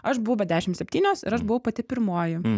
aš buvau be dešimt septynios ir aš buvau pati pirmoji